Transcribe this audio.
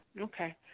Okay